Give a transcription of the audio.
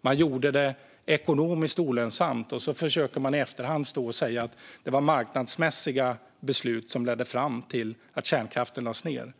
Man gjorde kärnkraften ekonomiskt olönsam, och sedan försöker man i efterhand stå och säga att det var marknadsmässiga beslut som ledde fram till att kärnkraften lades ned.